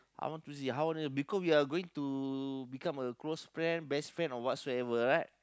I want to see how honest because we are going to become a close friend best friend whatsoever right